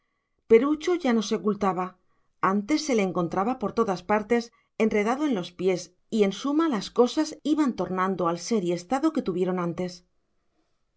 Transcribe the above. sospechosos perucho ya no se ocultaba antes se le encontraba por todas partes enredado en los pies y en suma las cosas iban tornando al ser y estado que tuvieron antes